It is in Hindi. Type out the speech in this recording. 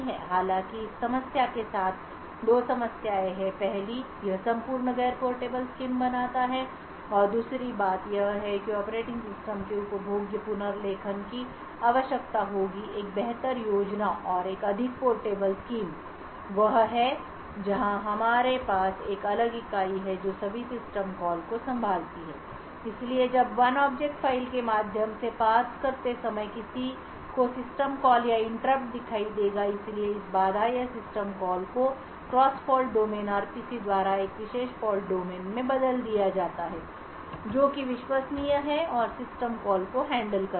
हालाँकि इस समस्या के साथ दो समस्याएँ हैंपहली यह संपूर्ण गैर पोर्टेबल स्कीम बनाता है और दूसरी बात यह है कि ऑपरेटिंग सिस्टम के उपभोग्य पुनर्लेखन की आवश्यकता होगी एक बेहतर योजना और एक अधिक पोर्टेबल स्कीम वह है जहां हमारे पास एक अलग इकाई है जो सभी सिस्टम कॉल को संभालती है इसलिए जब one ऑब्जेक्ट फ़ाइल के माध्यम से पार्स करते समय किसी को सिस्टम कॉल या इंटरप्ट दिखाई देगा इसलिए इस बाधा या सिस्टम कॉल को क्रॉस फॉल्ट डोमेन RPC द्वारा एक विशेष फॉल्ट डोमेन में बदल दिया जाता है जो कि विश्वसनीय है और सिस्टम कॉल को हैंडल करता है